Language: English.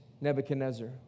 Nebuchadnezzar